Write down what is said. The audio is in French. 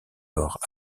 lors